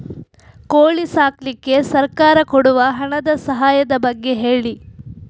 ಕೋಳಿ ಸಾಕ್ಲಿಕ್ಕೆ ಸರ್ಕಾರ ಕೊಡುವ ಹಣದ ಸಹಾಯದ ಬಗ್ಗೆ ಹೇಳಿ